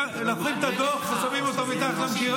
אם לוקחים את הדוח ושמים אותו במגירה?